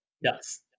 Yes